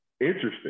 interesting